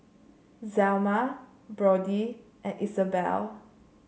Zelma Brody and Isabel